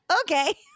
okay